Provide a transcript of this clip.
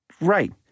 Right